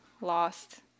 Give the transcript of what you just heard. lost